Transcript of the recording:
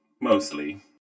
mostly